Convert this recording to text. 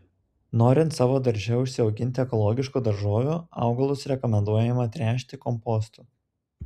norint savo darže užsiauginti ekologiškų daržovių augalus rekomenduojama tręšti kompostu